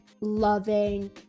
loving